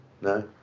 no